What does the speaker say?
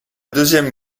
deuxième